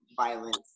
violence